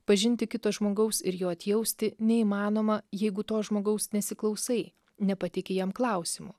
pažinti kito žmogaus ir jo atjausti neįmanoma jeigu to žmogaus nesiklausai nepateikei jam klausimų